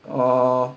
err